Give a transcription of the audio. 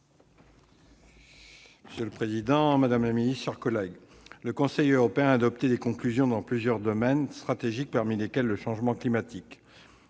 Monsieur le président, madame la secrétaire d'État, mes chers collègues, le Conseil européen a adopté des conclusions dans plusieurs domaines stratégiques, dont le changement climatique.